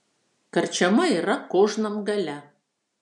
karčiama yra kožnam gale